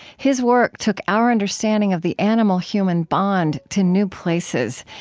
his work took our understanding of the animal-human bond to new places.